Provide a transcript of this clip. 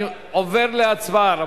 אני עובר להצבעה.